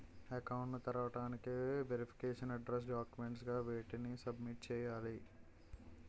Account ను తెరవటానికి verification address documents గా వేటిని సబ్మిట్ చేయాలి?